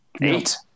eight